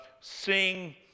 Sing